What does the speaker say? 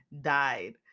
died